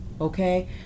okay